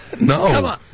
No